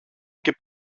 και